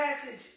passage